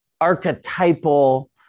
archetypal